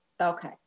Okay